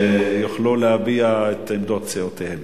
שיוכלו להביע את עמדות סיעותיהם.